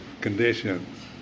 conditions